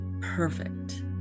perfect